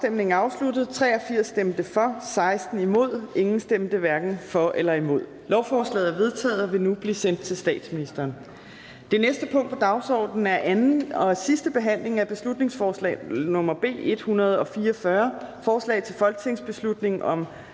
Uffe Elbæk (UFG)), imod stemte 10 (DF og NB), hverken for eller imod stemte 0. Lovforslaget er vedtaget og vil nu blive sendt til statsministeren. --- Det næste punkt på dagsordenen er: 13) 2. (sidste) behandling af beslutningsforslag nr. B 144: Forslag til folketingsbeslutning om